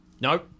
No